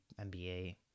NBA